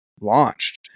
launched